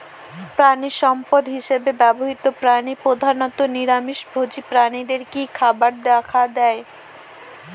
প্রাণিসম্পদ হিসেবে ব্যবহৃত প্রাণী প্রধানত নিরামিষ ভোজী প্রাণীদের কী খাবার দেয়া হয়?